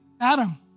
Adam